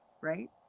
Right